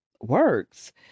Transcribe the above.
works